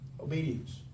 Obedience